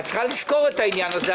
את צריכה לזכור את העניין הזה.